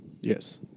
Yes